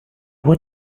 what